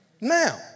now